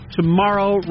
tomorrow